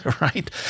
right